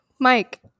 Mike